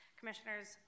Commissioners